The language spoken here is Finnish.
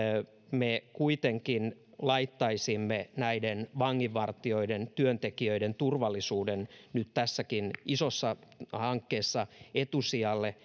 me kuitenkin laittaisimme vanginvartijoiden työntekijöiden turvallisuuden nyt tässäkin isossa hankkeessa etusijalle